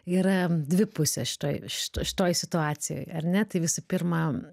yra dvi pusės šitoj ši šitoj situacijoj ar ne tai visų pirma